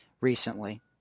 recently